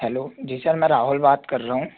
hello ji sir मैं राहुल बात कर रहा हूँ